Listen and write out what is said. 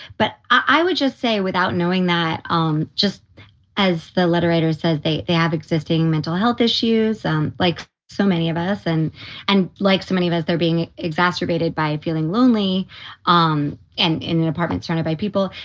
but i would just say without knowing that, um just as the letter writer says, they they have existing mental health issues um like so many of us and and like so many of us, they're being exacerbated by feeling lonely um and in an apartment surrounded by people.